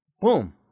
Boom